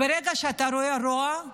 ברגע שאתה רואה רוע,